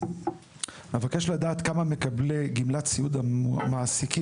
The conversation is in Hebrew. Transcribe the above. אבקש לדעת מקבלי גמלת סיעוד המעסיקים